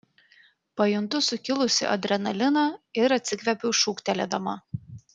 pajuntu sukilusį adrenaliną ir atsikvepiu šūktelėdama